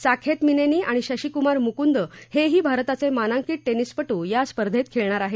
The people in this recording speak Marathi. साकेथ मिनेनी आणि शशीकुमार मुकुंद हेही भारताचे मानांकित टेनिसपटू या स्पर्धेत खेळणार आहेत